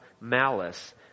malice